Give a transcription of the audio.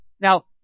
Now